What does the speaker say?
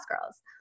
girls